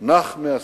נח מעשייה,